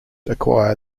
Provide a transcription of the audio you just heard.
acquire